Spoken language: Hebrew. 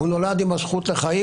הוא נולד עם הזכות לחיים,